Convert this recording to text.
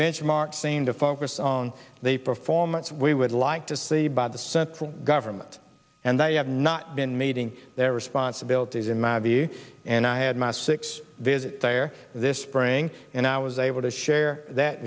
benchmarks aim to focus on the performance we would like to see by the central government and they have not been meeting their responsibilities in my view and i had my six visit there this spring and i was able to share that